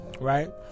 right